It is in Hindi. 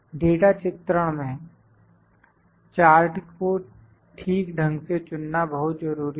डाटा चित्रण में चार्ट को ठीक ढंग से चुनना बहुत जरूरी है